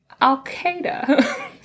al-qaeda